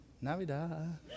Navidad